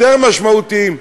יותר משמעותיים,